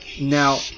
Now